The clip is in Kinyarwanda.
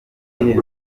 iyihe